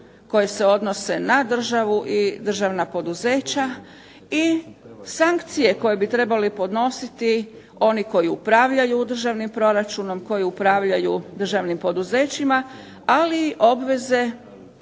koja se odnose na državu i državna poduzeća i sankcije koje bi trebale podnositi oni koji upravljaju u državnim proračunom, oni koji upravljaju državnim poduzećima, ali i obveze